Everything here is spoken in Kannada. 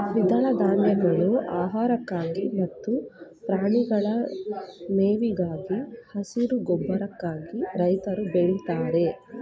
ದ್ವಿದಳ ಧಾನ್ಯಗಳು ಆಹಾರಕ್ಕಾಗಿ ಮತ್ತು ಪ್ರಾಣಿಗಳ ಮೇವಿಗಾಗಿ, ಹಸಿರು ಗೊಬ್ಬರಕ್ಕಾಗಿ ರೈತ್ರು ಬೆಳಿತಾರೆ